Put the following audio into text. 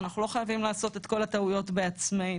אנחנו לא חייבים לעשות את כל הטעויות בעצמנו.